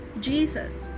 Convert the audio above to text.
Jesus